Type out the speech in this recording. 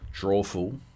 drawful